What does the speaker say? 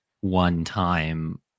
one-time